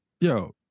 Yo